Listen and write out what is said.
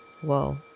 Whoa